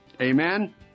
Amen